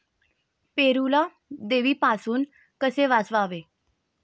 पेरूला देवीपासून कसे वाचवावे?